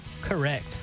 correct